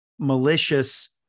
malicious